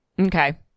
okay